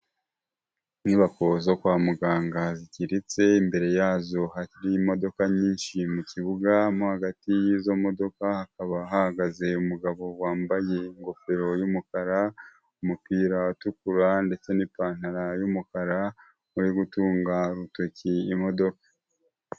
Inyubako zo kwa muganga zigeretse imbere yazo harimo nyinshi mu kibuga, mu hagati y'izo modoka hakaba hahagaze umugabo wambaye ingofero y'umukara umupira utukura ndetse n'ipantaro y'umukara uri gutunga urutoki imodoka.